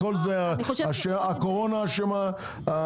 הכל זה הקורונה אשמה,